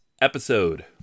episode